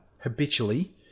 habitually